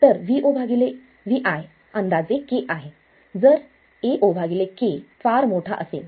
तर VoVi अंदाजे k आहे जर Aok फार मोठा असेल